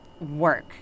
work